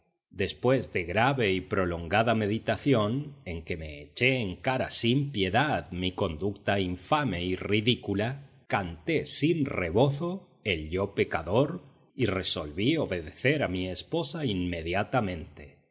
después de grave y prolongada meditación en que me eché en cara sin piedad mi conducta infame y ridícula canté sin rebozo el yo pecador y resolví obedecer a mi esposa inmediatamente